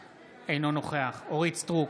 אינו נוכח אורית מלכה סטרוק,